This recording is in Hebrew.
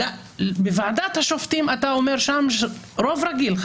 בוועדת השופטים אתה אומר שם רוב רגיל,